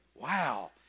Wow